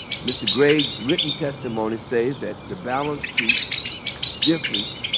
mr. gregg's written testimony says that the balance sheet difference